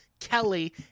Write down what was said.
Kelly